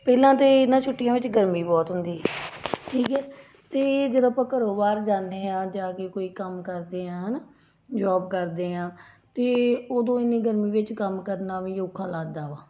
ਪਹਿਲਾਂ ਤਾਂ ਇਹਨਾਂ ਛੁੱਟੀਆਂ ਵਿੱਚ ਗਰਮੀ ਬਹੁਤ ਹੁੰਦੀ ਠੀਕ ਏ ਅਤੇ ਜਦੋਂ ਆਪਾਂ ਘਰੋਂ ਬਾਹਰ ਜਾਂਦੇ ਹਾਂ ਜਾ ਕੇ ਕੋਈ ਕੰਮ ਕਰਦੇ ਹਾਂ ਹੈ ਨਾ ਜੋਬ ਕਰਦੇ ਹਾਂ ਅਤੇ ਉਦੋਂ ਇੰਨੀ ਗਰਮੀ ਵਿੱਚ ਕੰਮ ਕਰਨਾ ਵੀ ਔਖਾ ਲੱਗਦਾ ਵਾ